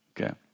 okay